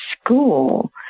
school